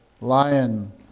lion